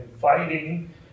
fighting